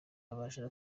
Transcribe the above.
amajana